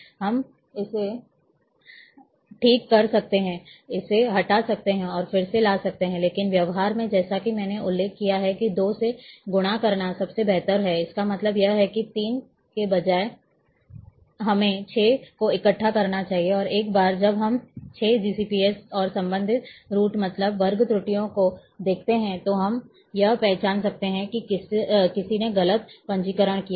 हम इसे ठीक कर सकते हैं इसे हटा सकते हैं और फिर से ला सकते हैं लेकिन व्यवहार में जैसा कि मैंने उल्लेख किया है कि 2 से गुणा करना सबसे बेहतर होता है इसका मतलब यह है कि तीन के बजाय हमें 6 को इकट्ठा करना चाहिए और एक बार जब हम 6 जीसीपी और संबंधित रूट मतलब वर्ग त्रुटियों को देखते हैं तो हम यह पहचान सकते हैं कि किसी ने गलत पंजीकरण किया है